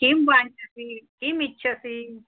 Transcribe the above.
किं वाञ्छसि किम् इच्छसि